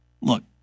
look